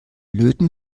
löten